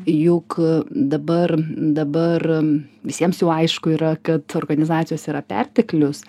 juk dabar dabar visiems jau aišku yra kad organizacijos yra perteklius